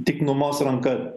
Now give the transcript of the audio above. tik numos ranka